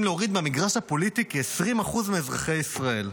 להוריד מהמגרש הפוליטי כ-20% מאזרחי ישראל.